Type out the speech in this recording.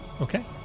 okay